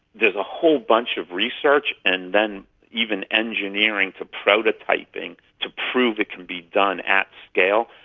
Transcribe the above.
there's a whole bunch of research and then even engineering to prototyping to prove it can be done at scale.